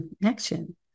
connection